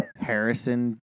harrison